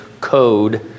code